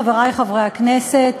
חברי חברי הכנסת,